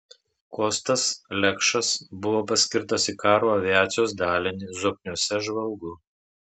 kostas lekšas buvo paskirtas į karo aviacijos dalinį zokniuose žvalgu